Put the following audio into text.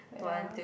wait ah